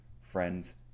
friends